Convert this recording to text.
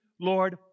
Lord